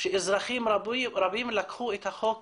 שאזרחים רבים לקחו את החוק